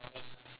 can